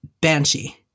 Banshee